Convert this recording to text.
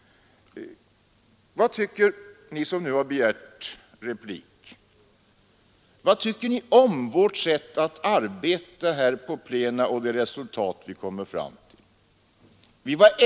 Vad tycker ni, som nu har begärt replik, om vårt sätt att arbeta på plena och de resultat som vi kommer fram till?